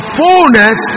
fullness